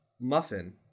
Muffin